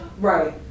right